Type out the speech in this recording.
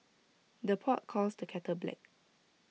the pot calls the kettle black